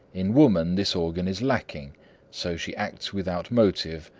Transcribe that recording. in woman this organ is lacking so she acts without motive,